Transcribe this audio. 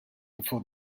before